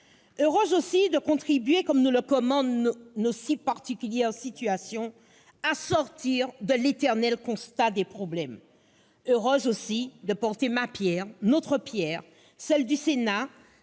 heureuse, aussi, de contribuer, comme nous le commande une si particulière situation, à sortir de l'éternel constat des problèmes ; heureuse d'apporter ma pierre, notre pierre, celle du Sénat,